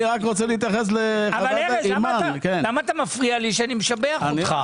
ארז, למה אתה מפריע לי כשאני משבח אותך?